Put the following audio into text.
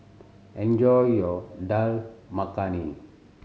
enjoy your Dal Makhani